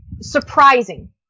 surprising